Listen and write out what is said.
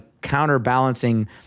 counterbalancing